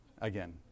Again